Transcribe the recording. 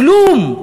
כלום.